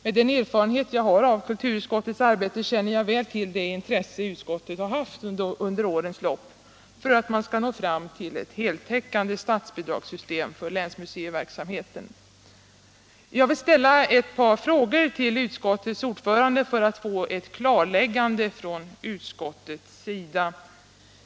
Med den erfarenhet jag har av kulturutskottets arbete känner jag väl till det intresse utskottet under årens lopp har haft för att man skall nå fram till ett heltäckande statsbidragssystem för länsmuseiverksamhe ten. Jag vill ställa ett par frågor till utskottets ordförande för att få ett klarläggande från utskottets sida.